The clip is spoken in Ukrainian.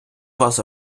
вас